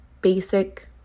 basic